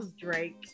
Drake